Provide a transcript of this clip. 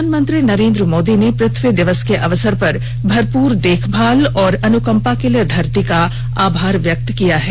प्रधानमंत्री नरेंद्र मोदी ने पृथ्वी दिवस के अवसर पर भरपूर देखभाल और अनुकंपा के लिए धरती का आभार व्यक्त किया है